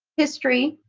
history,